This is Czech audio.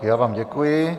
Já vám děkuji.